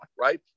Right